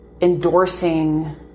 endorsing